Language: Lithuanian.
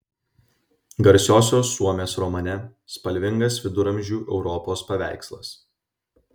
garsiosios suomės romane spalvingas viduramžių europos paveikslas